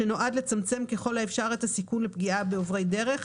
שנועד לצמצם ככל האפשר את הסיכון לפגיעה בעוברי דרך,